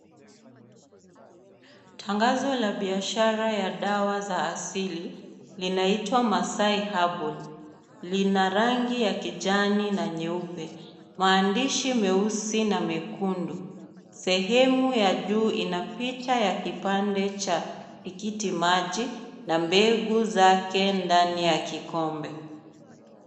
Tangazo la biashara ya dawa za asili inaitwa Masai Herbal. Lina rangi ya kijani na nyeupe. Maandishi meusi na mekundu. Sehemu ya juu ina picha ya kipande cha tikitimaji na mbegu zake ndani ya kikombe.